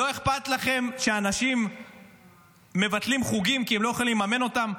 לא אכפת לכם שאנשים מבטלים חוגים כי הם לא יכולים לממן אותם?